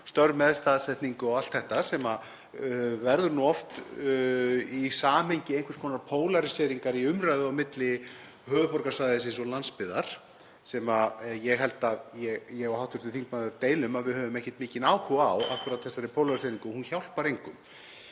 störf með staðsetningu og allt þetta, sem verður oft í samhengi að einhvers konar pólaríseringu í umræðu á milli höfuðborgarsvæðis og landsbyggðar — sem ég held að ég og hv. þingmaður deilum að við höfum ekki mikinn áhuga á, akkúrat þessari pólaríseringu, hún hjálpar engum